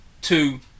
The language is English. Two